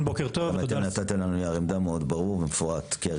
גם אתם נתתם לנו נייר עמדה ברור ומפורט מאוד כהרגלכם.